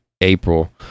April